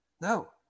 No